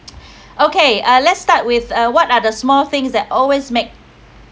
okay uh let's start with uh what are the small things that always make